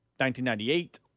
1998